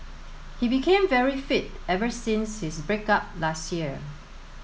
he became very fit ever since his break up last year